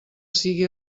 sigui